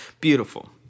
beautiful